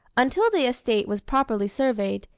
until the estate was properly surveyed,